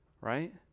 right